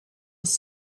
was